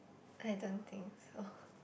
I don't think so